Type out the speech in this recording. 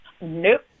Nope